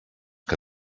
que